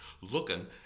looking